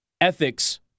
ethics